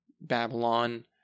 Babylon